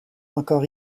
encore